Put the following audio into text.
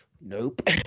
nope